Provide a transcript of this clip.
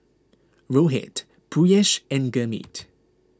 Rohit Peyush and Gurmeet